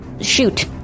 shoot